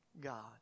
God